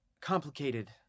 Complicated